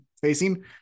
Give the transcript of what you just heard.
facing